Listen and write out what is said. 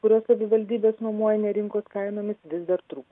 kuriuos savivaldybė nuomoja ne rinkos kainomis vis dar trū